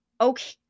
Okay